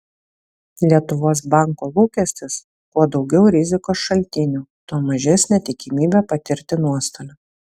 lietuvos banko lūkestis kuo daugiau rizikos šaltinių tuo mažesnė tikimybė patirti nuostolių